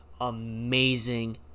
amazing